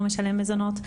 לא משלם מזונות,